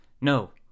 No